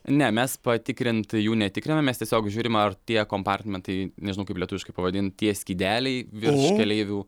ne mes patikrint jų netikrinam mes tiesiog žiūrim ar tie kompartmentai nežinau kaip lietuviškai pavadint tie skydeliai virš keleivių